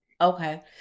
Okay